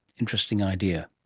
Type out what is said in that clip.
interesting idea